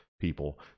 people